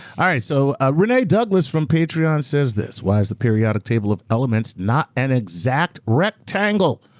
all right, so, ah renee douglas from patron says this. why is the periodic table of elements not an exact rectangle?